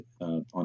on